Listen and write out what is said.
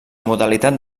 modalitat